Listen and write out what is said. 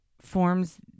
forms